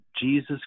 Jesus